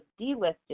delisted